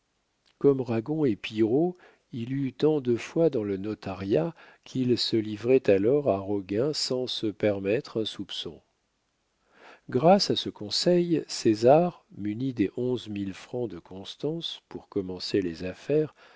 comme ragon et pillerault il eut tant de foi dans le notariat qu'il se livrait alors à roguin sans se permettre un soupçon grâce à ce conseil césar muni des onze mille francs de constance pour commencer les affaires